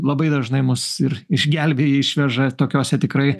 labai dažnai mus ir išgelbėja išveža tokiose tikrai